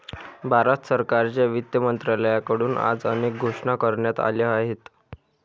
भारत सरकारच्या वित्त मंत्रालयाकडून आज अनेक घोषणा करण्यात आल्या आहेत